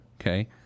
Okay